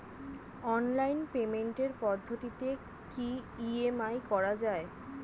Online পেমেন্টের পদ্ধতিতে কি ই.এম.আই করা যায়?